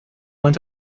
went